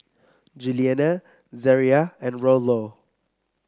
Juliana Zariah and Rollo